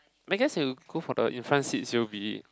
I guess you go for the in front seats you'll be